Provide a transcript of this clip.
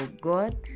God